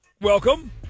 Welcome